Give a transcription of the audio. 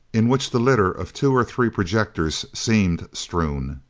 in which the litter of two or three projectors seemed strewn.